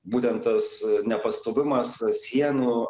būtent tas nepastovumas sienų